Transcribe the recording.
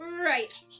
right